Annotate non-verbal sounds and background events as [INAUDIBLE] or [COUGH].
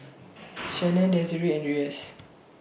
[NOISE] Shannan Desirae and Reyes